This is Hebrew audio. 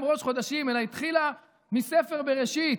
ראש חדשים" אלא התחילה מספר בראשית,